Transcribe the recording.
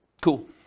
Cool